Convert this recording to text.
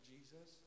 Jesus